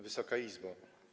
Wysoka Izbo!